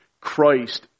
Christ